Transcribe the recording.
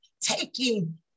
taking